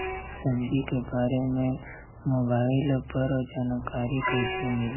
सब्जी के बारे मे मोबाइल पर जानकारी कईसे मिली?